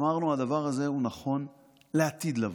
אמרנו: הדבר הזה הוא נכון לעתיד לבוא.